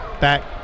back